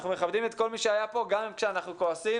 אנחנו מכבדים את כל מי שהיה פה גם כשאנחנו כועסים,